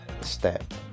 step